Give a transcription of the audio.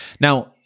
Now